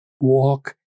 walk